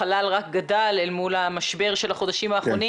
החלל רק גדל אל מול המשבר של החודשים האחרונים